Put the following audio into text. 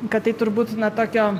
kad tai turbūt na tokio